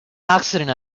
accident